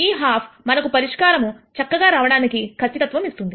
ఈ హాఫ్ మనము పరిష్కారము చక్కగా రావడానికి ఖచ్చితత్వం ఇస్తుంది